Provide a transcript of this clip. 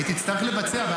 והיא תצטרך לבצע.